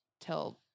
till